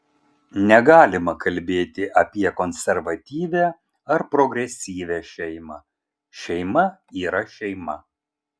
negalima kalbėti apie konservatyvią ar progresyvią šeimą šeima yra šeima